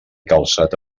calçat